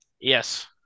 Yes